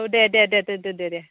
औ दे दे दे दे दे